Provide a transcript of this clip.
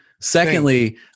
Secondly